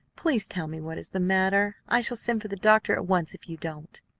please tell me what is the matter. i shall send for the doctor at once if you don't.